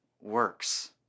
works